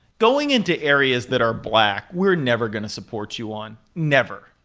going into areas that are black, we're never going to support you on, never.